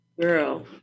girl